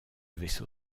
vaisseau